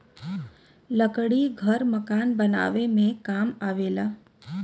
लकड़ी घर मकान बनावे में काम आवेला